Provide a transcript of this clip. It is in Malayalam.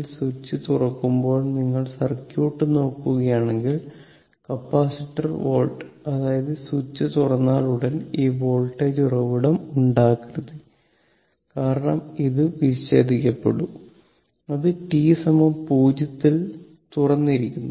ൽ സ്വിച്ച് തുറക്കുമ്പോൾ നിങ്ങൾ സർക്യൂട്ട് നോക്കുകയാണെങ്കിൽകപ്പാസിറ്റർ വോൾട്ട് അതായത് സ്വിച്ച് തുറന്നാലുടൻ ഈ വോൾട്ടേജ് ഉറവിടം ഉണ്ടാകരുത് കാരണം അത് വിച്ഛേദിക്കപ്പെട്ടു അത് t 0 ൽ തുറന്നിരിക്കുന്നു